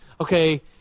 Okay